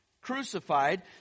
crucified